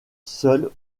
seul